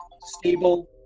stable